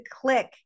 click